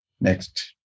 next